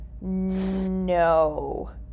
No